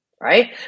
right